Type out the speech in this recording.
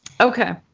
Okay